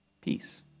peace